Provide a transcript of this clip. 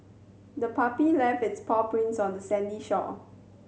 the puppy left its paw prints on the sandy shore